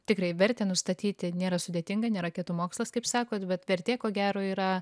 tikrai vertę nustatyti nėra sudėtinga ne raketų mokslas kaip sakot bet vertė ko gero yra